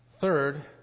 Third